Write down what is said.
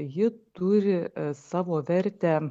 ji turi savo vertę